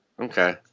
Okay